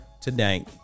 today